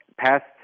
past